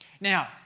Now